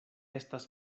estas